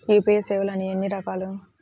UPI సేవలు ఎన్నిరకాలు?